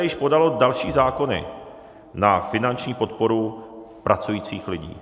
Hnutí SPD již podalo další zákony na finanční podporu pracujících lidí.